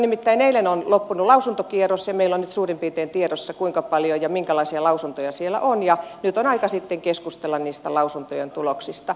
nimittäin eilen on loppunut lausuntokierros ja meillä on nyt suurin piirtein tiedossa kuinka paljon ja minkälaisia lausuntoja siellä on ja nyt on aika sitten keskustella niistä lausuntojen tuloksista